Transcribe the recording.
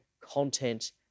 content